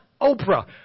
Oprah